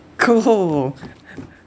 cool